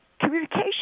communication